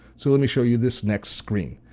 so let me show you this next screen.